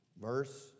verse